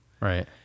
Right